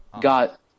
got